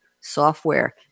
software